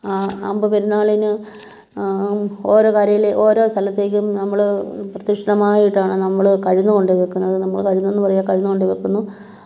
ആ അമ്പ് പെരുന്നാളിന് ഓരോ കരേൽ ഓരോ സ്ഥലത്തേക്കും നമ്മൾ പ്രദക്ഷണമായിട്ടാണ് നമ്മൾ കഴന്ന് കൊണ്ട് വെക്കുന്നത് നമ്മൾ കഴന്നെന്ന് പറയാ കഴന്ന് കൊണ്ട് വെക്കുന്നു